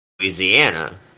Louisiana